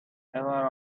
aware